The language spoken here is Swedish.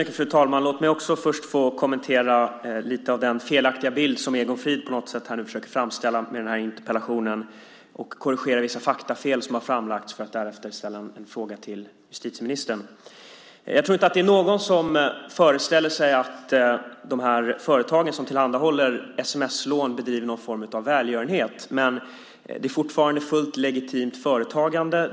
Fru talman! Låt mig först få kommentera lite av den felaktiga bild som Egon Frid försöker framställa med interpellationen och korrigera vissa faktafel som har framlagts för att därefter ställa en fråga till justitieministern. Jag tror inte att det är någon som föreställer sig att de företag som tillhandahåller sms-lån bedriver någon form av välgörenhet. Men det är fortfarande ett fullt legitimt företagande.